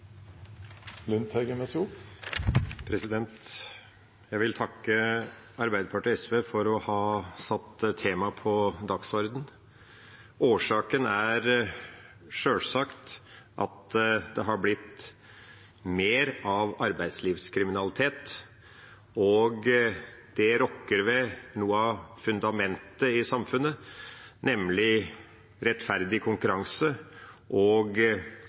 Jeg vil takke Arbeiderpartiet og SV for å ha satt temaet på dagsordenen. Årsaken er sjølsagt at det har blitt mer arbeidslivskriminalitet, og det rokker ved noe av fundamentet i samfunnet, nemlig rettferdig konkurranse og